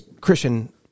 Christian